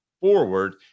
forward